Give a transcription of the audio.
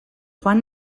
joan